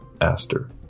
Aster